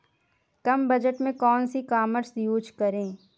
कम budget में कौन सी ई कॉमर्स यूज़ करें?